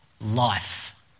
life